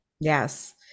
yes